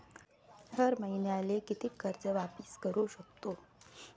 हर मईन्याले कितीक कर्ज वापिस करू सकतो?